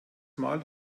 mal